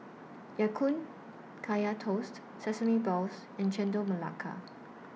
Ya Kun Kaya Toast Sesame Balls and Chendol Melaka